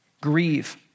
Grieve